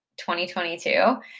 2022